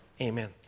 Amen